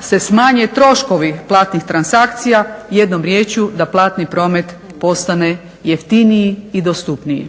se smanje troškovi platnih transakcija, jednom riječju da platni promet postane jeftiniji i dostupniji.